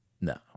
no